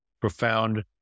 profound